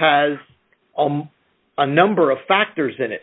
has a number of factors in it